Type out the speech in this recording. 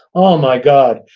oh my god,